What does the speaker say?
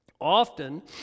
often